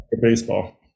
baseball